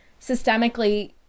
systemically